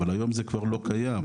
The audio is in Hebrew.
האבל היום זה כבר לא קיים,